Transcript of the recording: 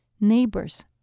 Neighbors